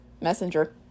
Messenger